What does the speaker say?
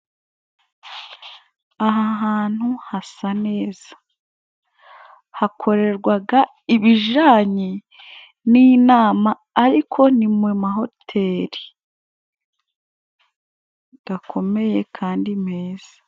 Aha hantu hasa neza. Hakorerwaga ibijanye n'inama ariko ni mu mahoteli gakomeye kandi meza.